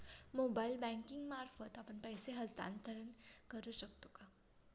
Mobile banking मार्फत आपण पैसे हस्तांतरण करू शकतो का?